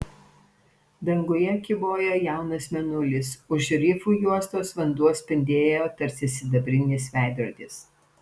danguje kybojo jaunas mėnulis už rifų juostos vanduo spindėjo tarsi sidabrinis veidrodis